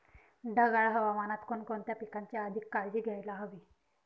ढगाळ हवामानात कोणकोणत्या पिकांची अधिक काळजी घ्यायला हवी?